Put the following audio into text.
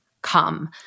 Come